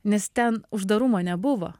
nes ten uždarumo nebuvo